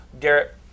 Garrett